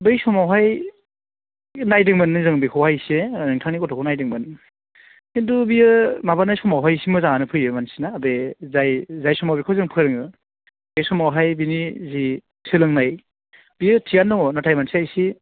बै समावहाय नायदोंमोननो जों बेखौहाय एसे नोंथांनि गथ'खौ नायदोंमोन खिन्थु बियो माबानाय समावहाय एसे मोजाङानो फैयोमोन नोंसिना बे जाय जाय समाव बेखौ जों फोरोङो बै समावहाय बिनि जि सोलोंनाय बेयो थिगानो दङ नाथाय मानसिया एसे